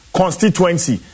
constituency